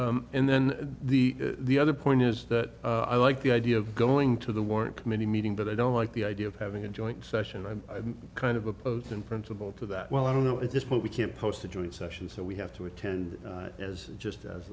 it and then the the other point is that i like the idea of going to the war and committee meeting but i don't like the idea of having a joint session i'm kind of opposed in principle to that well i don't know at this point we can't post a joint session so we have to attend as just